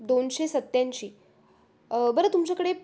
दोनशे सत्त्याऐंशी बरं तुमच्याकडे